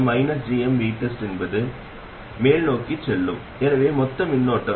இப்போது அந்த circuit common source ஆம்ப்ளிஃபயருக்கு மூல பின்னூட்ட சார்புடன் திரும்புகிறேன்